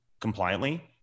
compliantly